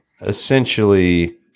essentially –